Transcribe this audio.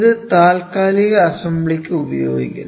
ഇത് താൽക്കാലിക അസംബ്ലിക്ക് ഉപയോഗിക്കുന്നു